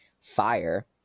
FIRE